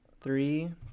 Three